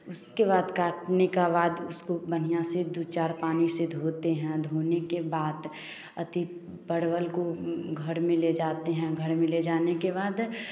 उसके बाद काटने का बाद उसको बढ़िया से दो चार पानी से धोते हैं धोने के बाद अथी परवल को घर में ले जाते हैं घर में ले जाने के बाद